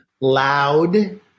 Loud